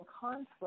conflict